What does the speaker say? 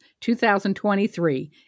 2023